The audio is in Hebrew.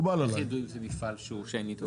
איך ידעו אם זה מפעל שאין איתו בעיה?